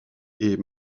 est